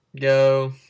go